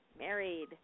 Married